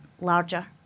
larger